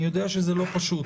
אני יודע שזה לא פשוט,